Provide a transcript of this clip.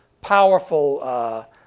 powerful